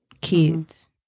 kids